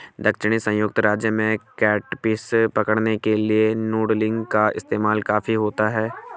दक्षिणी संयुक्त राज्य में कैटफिश पकड़ने के लिए नूडलिंग का इस्तेमाल काफी होता है